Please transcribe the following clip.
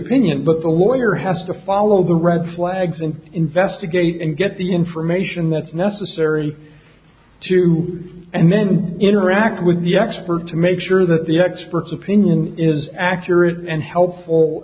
opinion but the lawyer has to follow the red flags and investigate and get the information that's necessary to and then interact with the expert to make sure that the expert's opinion is accurate and helpful